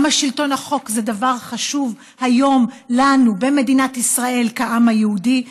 כמה שלטון החוק זה דבר חשוב היום לנו במדינת ישראל כעם היהודי,